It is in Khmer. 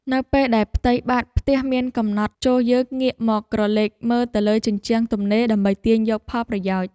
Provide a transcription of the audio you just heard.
នៅពេលដែលផ្ទៃបាតផ្ទះមានកំណត់ចូរយើងងាកមកក្រឡេកមើលទៅលើជញ្ជាំងទំនេរដើម្បីទាញយកផលប្រយោជន៍។